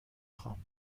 خوام